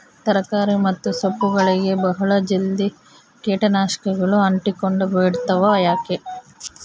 ತರಕಾರಿ ಮತ್ತು ಸೊಪ್ಪುಗಳಗೆ ಬಹಳ ಜಲ್ದಿ ಕೇಟ ನಾಶಕಗಳು ಅಂಟಿಕೊಂಡ ಬಿಡ್ತವಾ ಯಾಕೆ?